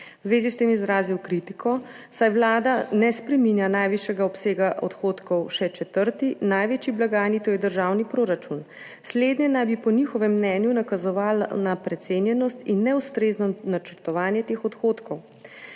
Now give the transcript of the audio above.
V zvezi s tem je izrazil kritiko, saj Vlada ne spreminja najvišjega obsega odhodkov še četrti, največji blagajni, to je državni proračun. Slednje naj bi po njihovem mnenju nakazovalo na precenjenost in neustrezno načrtovanje teh odhodkov.